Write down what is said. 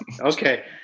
Okay